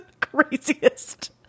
craziest